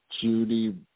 Judy